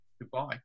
goodbye